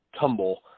tumble